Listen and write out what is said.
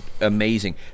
amazing